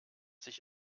sich